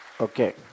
Okay